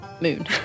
moon